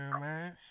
man